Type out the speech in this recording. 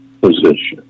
position